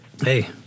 hey